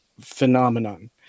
phenomenon